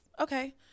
okay